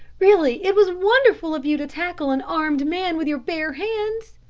really, it was wonderful of you to tackle an armed man with your bare hands.